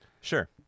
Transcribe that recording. Sure